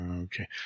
okay